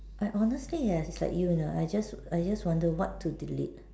I honestly yes like you lah I just I just wonder what to delete